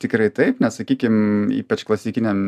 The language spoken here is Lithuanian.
tikrai taip nes sakykim ypač klasikinėm